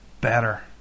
better